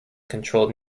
controlled